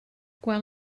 quan